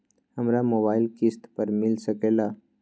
हमरा मोबाइल किस्त पर मिल सकेला?